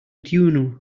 dune